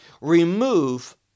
Remove